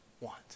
Want